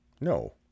No